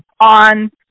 on